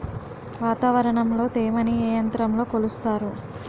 వాతావరణంలో తేమని ఏ యంత్రంతో కొలుస్తారు?